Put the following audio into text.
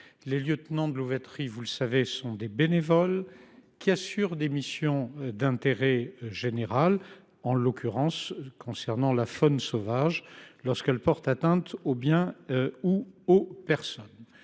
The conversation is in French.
Les lieutenants de louveterie sont des bénévoles qui assurent des missions d’intérêt général, en l’occurrence relatives à la faune sauvage, lorsque celle ci porte atteinte aux biens ou aux personnes.